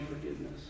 forgiveness